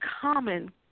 common